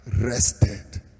rested